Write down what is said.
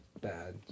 bad